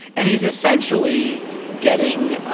and he's essentially getting,